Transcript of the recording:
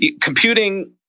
computing